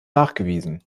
nachgewiesen